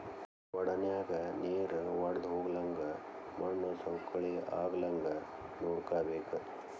ವಡನ್ಯಾಗ ನೇರ ವಡ್ದಹೊಗ್ಲಂಗ ಮಣ್ಣು ಸವಕಳಿ ಆಗ್ಲಂಗ ನೋಡ್ಕೋಬೇಕ